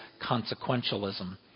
consequentialism